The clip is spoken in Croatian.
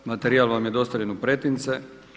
Materijal vam je dostavljen u pretince.